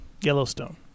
Yellowstone